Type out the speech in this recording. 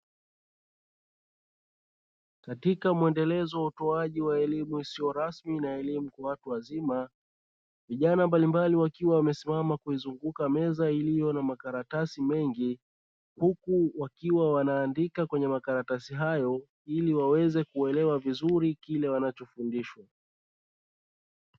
Katika muendelezo wa utoaji wa elimu isiyo rasmi na elimu kwa watu wazima; vijana mbalimbali wakiwa wamesimama kuizunguka meza iliyo na makaratasi mengi, huku wakiwa wanaandika kwenye makaratasi hayo ili waweze kuelewa vizuri kile wanachofundishwa.